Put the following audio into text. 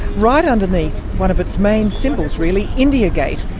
right underneath one of its main symbols, really, india gate.